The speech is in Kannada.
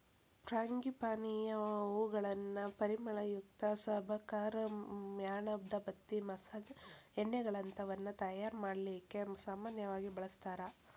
ಫ್ರಾಂಗಿಪಾನಿಯ ಹೂಗಳನ್ನ ಪರಿಮಳಯುಕ್ತ ಸಬಕಾರ್, ಮ್ಯಾಣದಬತ್ತಿ, ಮಸಾಜ್ ಎಣ್ಣೆಗಳಂತವನ್ನ ತಯಾರ್ ಮಾಡ್ಲಿಕ್ಕೆ ಸಾಮನ್ಯವಾಗಿ ಬಳಸ್ತಾರ